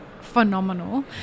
phenomenal